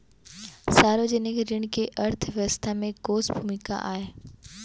सार्वजनिक ऋण के अर्थव्यवस्था में कोस भूमिका आय?